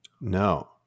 No